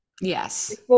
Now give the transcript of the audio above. Yes